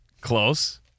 Close